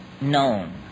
known